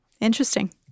interesting